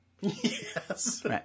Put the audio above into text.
Yes